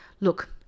Look